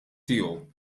tiegħu